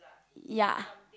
ya